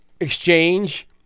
exchange